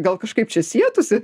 gal kažkaip čia sietųsi